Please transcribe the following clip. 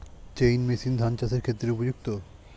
Chain machine ধান চাষের ক্ষেত্রে উপযুক্ত?